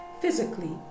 physically